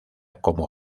como